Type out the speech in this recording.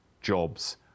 jobs